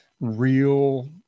real